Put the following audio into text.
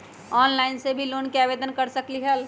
Online से भी loan के आवेदन कर सकलीहल?